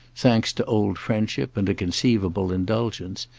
thanks to old friendship and a conceivable indulgence,